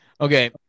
Okay